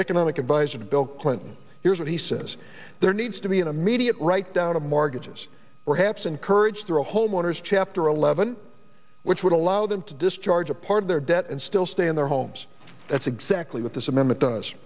economic advisor to bill clinton here's what he says there needs to be an immediate write down of mortgages perhaps encourage the homeowners chapter eleven which would allow them to discharge a part of their debt and still stay in their homes that's exactly what this amendment does